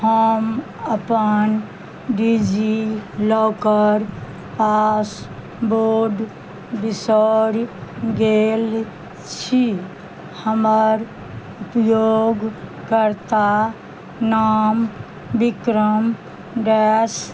हम अपन DigiLocker password बिसरि गेल छी हमर उपयोगकर्ता नाम विक्रम डैश